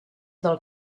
del